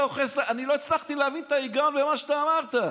אני לא הצלחתי להבין את ההיגיון במה שאתה אמרת.